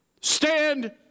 stand